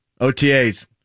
OTAs